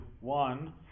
one